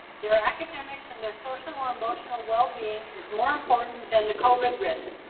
their academics and their social emotional well being is more important than the covid risk.